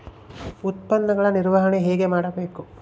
ಉತ್ಪನ್ನಗಳ ನಿರ್ವಹಣೆ ಹೇಗೆ ಮಾಡಬೇಕು?